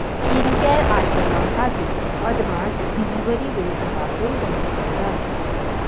skin care आयटमा खातीर अदमास डिलिव्हरी वेळ तपासून पळोवपाक जाय